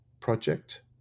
project